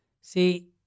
See